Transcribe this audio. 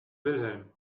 wilhelm